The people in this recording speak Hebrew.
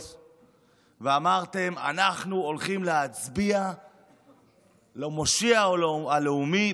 ואמרתם: אנחנו הולכים להצביע למושיע הלאומי,